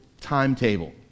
timetable